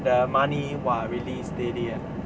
the money !wah! really steady ah